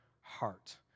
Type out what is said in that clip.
Heart